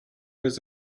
was